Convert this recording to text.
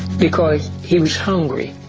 because he was hungry.